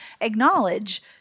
acknowledge